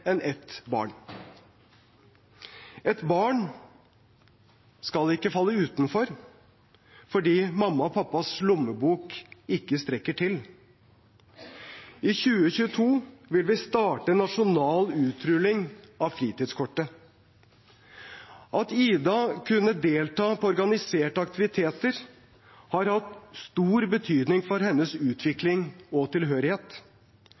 enn ett barn. Et barn skal ikke falle utenfor fordi mamma og pappas lommebok ikke strekker til. I 2022 vil vi starte en nasjonal utrulling av fritidskortet. At Ida kunne delta på organiserte aktiviteter, har hatt stor betydning for hennes utvikling og tilhørighet.